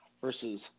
versus